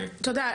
תודה.